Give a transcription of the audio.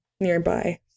nearby